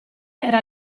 era